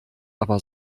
aber